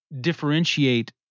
differentiate